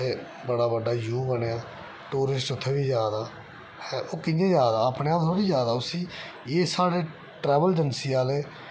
उत्थै बड़ा बड्डा जू बनेआ टूरिस्ट उत्थै बी जा दा ओह् कियां जा दा अपने आप थोड़े जा दा उसी साढ़े एह् ट्रैवल एजेंसी आह्ले